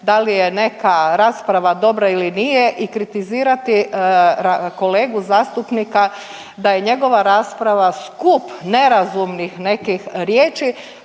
da li je neka rasprava dobra ili nije i kritizirati kolegu zastupnika da je njegova rasprava skup nerazumnih nekih riječi